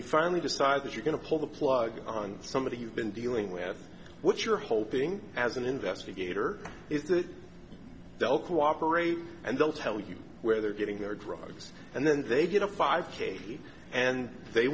you finally decide that you're going to pull the plug on somebody you've been dealing with what you're hoping as an investigator is that they'll cooperate and they'll tell you where they're getting their drugs and then they get a five k v and they